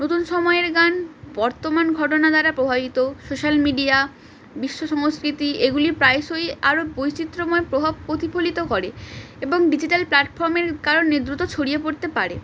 নতুন সময়ের গান বর্তমান ঘটনা দ্বারা প্রভাবিত সোশ্যাল মিডিয়া বিশ্ব সংস্কৃতি এগুলি প্রায়শই আরও বৈচিত্র্যময় প্রভাব প্রতিফলিত করে এবং ডিজিটাল প্ল্যাটফর্মের কারনে দ্রুত ছড়িয়ে পড়তে পারে